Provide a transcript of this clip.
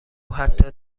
حتی